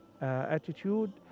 attitude